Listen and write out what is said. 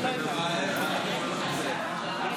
בעד, אין מתנגדים, אין נמנעים.